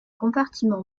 compartiment